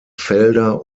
felder